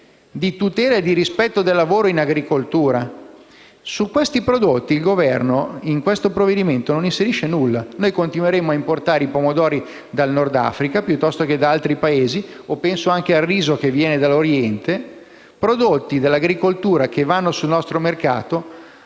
di tutela e di rispetto del lavoro in agricoltura. Su questi prodotti in questo provvedimento il Governo non si inserisce alcunché. Noi continueremo a importare i pomodori dal Nord Africa, piuttosto che da altri Paesi, o il riso, che viene dall'Oriente: prodotti dell'agricoltura che vanno sul nostro mercato,